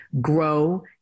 grow